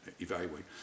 evaluate